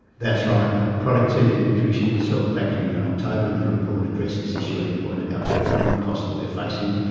that's right, and the productivity commission itself back in october in their report addressed this issue and pointed out the growing costs that we're facing,